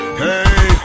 hey